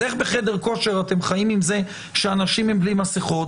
אז איך בחדר כושר אתם חיים עם זה שאנשים בלי מסכות,